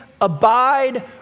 abide